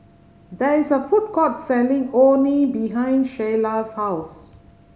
there is a food court selling Orh Nee behind Shayla's house